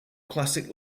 classic